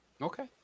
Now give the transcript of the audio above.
Okay